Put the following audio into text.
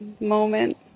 moment